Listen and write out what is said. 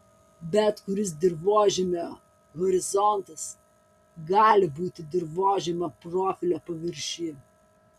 bet kuris dirvožemio horizontas gali būti dirvožemio profilio paviršiuje